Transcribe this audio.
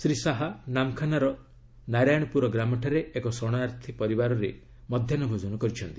ଶ୍ରୀ ଶାହା ନାମ୍ଖାନାର ନାରାୟଣପୁର ଗ୍ରାମଠାରେ ଏକ ଶରଣାର୍ଥୀ ପରିବାରରେ ମଧ୍ୟାହୁ ଭୋଜନ କରିଛନ୍ତି